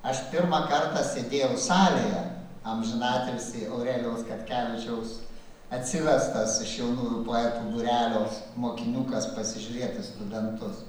aš pirmą kartą sėdėjau salėje amžiną atilsį aurelijaus katkevičiaus atsivestas iš jaunųjų poetų būrelio mokiniukas pasižiūrėt į studentus